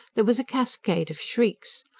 there was a cascade of shrieks.